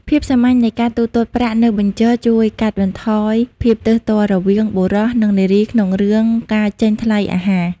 ភាពសាមញ្ញនៃការទូទាត់ប្រាក់នៅបញ្ជរ ជួយកាត់បន្ថយភាពទើសទាល់រវាងបុរសនិងនារីក្នុងរឿងការចេញថ្លៃអាហារ